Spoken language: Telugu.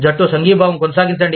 జట్టు సంఘీభావం కొనసాగించండి